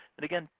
and, again,